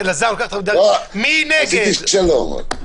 אלעזר לוקח אותך --- עשיתי שלום רק.